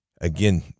Again